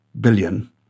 billion